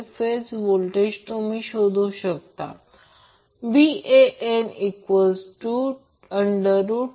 तर वीज निर्मिती आणि वितरणासाठी थ्री फेज सिस्टीम वापरण्याचे हे एक महत्त्वाचे कारण आहे ही पॉवर आहे जी टाईमपासून स्वतंत्र आहे